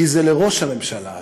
כי זה לראש הממשלה הזה.